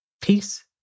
Peace